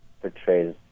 portrays